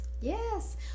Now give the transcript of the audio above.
yes